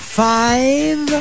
five